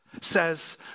says